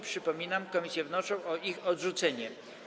Przypominam, że komisje wnoszą o ich odrzucenie.